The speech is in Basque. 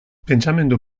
pentsamendu